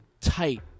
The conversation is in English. tight